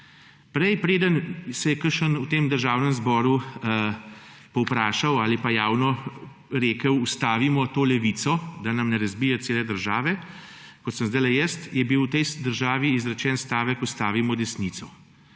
Prej preden se je kakšen v tem državnem zboru povprašal ali pa javno rekel ustavimo to levico, da nam ne razbije cele države, kot sem sedajle jaz, je bil v tej državi izrečen stavek: ustavimo desnico.